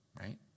right